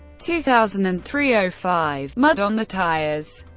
two thousand and three ah five mud on the tires